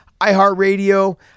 iHeartRadio